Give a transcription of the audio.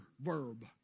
verb